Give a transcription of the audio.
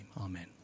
amen